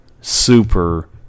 Super